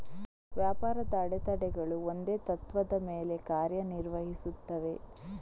ವ್ಯಾಪಾರದ ಅಡೆತಡೆಗಳು ಒಂದೇ ತತ್ತ್ವದ ಮೇಲೆ ಕಾರ್ಯ ನಿರ್ವಹಿಸುತ್ತವೆ